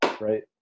right